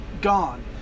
Gone